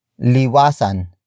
LIWASAN